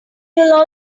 will